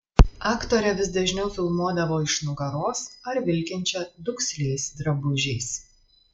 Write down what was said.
aktorę vis dažniau filmuodavo iš nugaros ar vilkinčią duksliais drabužiais